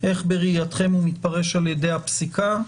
איך בראייתכם הוא מתפרש על-ידי הפסיקה?